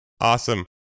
Awesome